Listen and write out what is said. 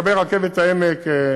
לגבי רכבת העמק,